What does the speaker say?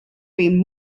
been